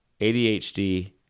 ADHD